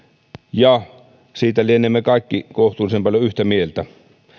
ja siitä lienemme kaikki kohtuullisen paljon yhtä mieltä